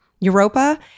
Europa